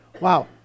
wow